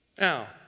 Now